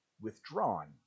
withdrawn